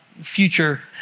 future